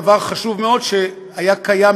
גברתי היושבת-ראש, חברי,